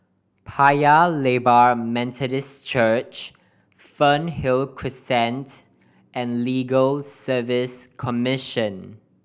Paya Lebar Methodist Church Fernhill Crescent and Legal Service Commission